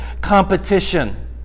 competition